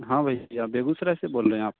हाँ भैया बेगूसराय से बोल रहे हैं आप